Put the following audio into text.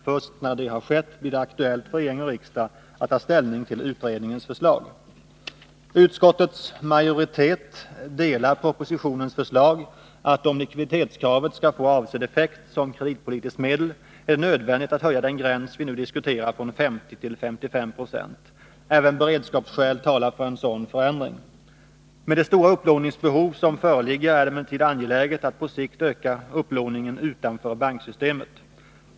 Först när detta har skett blir det aktuellt för regering och riksdag att ta ställning till utredningens förslag. Utskottets majoritet instämmer i propositionens förslag. Om likviditetskravet skall få avsedd effekt som kreditpolitiskt medel är det nödvändigt att höja den gräns vi nu diskuterar från 50 till 55 26. Även beredskapsskäl talar för en sådan Nr 54 förändring. Fredagen den Med det stora upplåningsbehov som föreligger är det emellertid angeläget — 17 december 1982 att på sikt öka upplåningen utanför banksystemet.